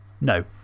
No